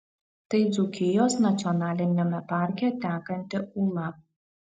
tai dzūkijos nacionaliniame parke tekanti ūla